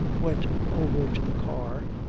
went over to the car,